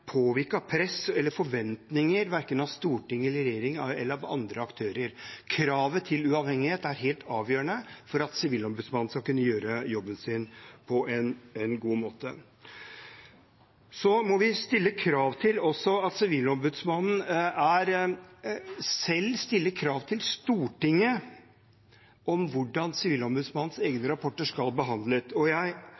påvirke av press eller forventninger verken fra storting eller regjering eller av andre aktører. Kravet til uavhengighet er helt avgjørende for at Sivilombudsmannen skal kunne gjøre jobben sin på en god måte. Så må vi også stille krav til at Sivilombudsmannen selv stiller krav til Stortinget om hvordan Sivilombudsmannens egne